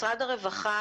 משרד הרווחה,